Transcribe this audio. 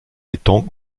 étang